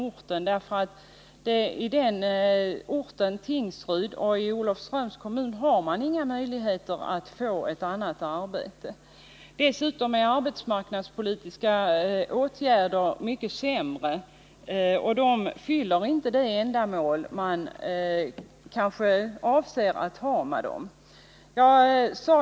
eftersom människorna på den orten och i Tingsryds och Olofströms kommuner inte har några möjligheter att få ett annat arbete. Att gå in med arbetsmarknadspolitiska åtgärder skulle dessutom vara mycket sämre. De fyller inte alltid de ändamål som avses med dem.